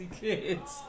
kids